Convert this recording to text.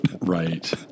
Right